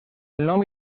nom